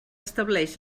estableix